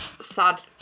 sad